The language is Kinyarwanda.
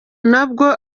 nabwo